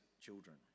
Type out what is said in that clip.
children